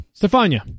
Stefania